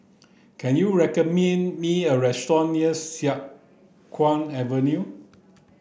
can you me a restaurant near Siang Kuang Avenue